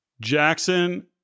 Jackson